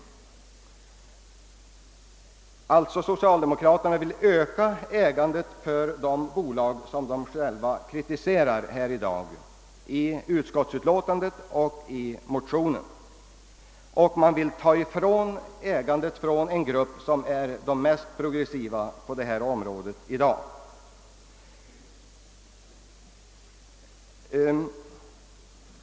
Socialdemokraterna har stiftat en lag som leder till ökat ägande för de bolag som de själva kritiserar i utskottsutlåtandet och motionen och här i debatten och de vill minska ägandet för den grupp som är mest progressiv i dag.